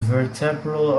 vertebral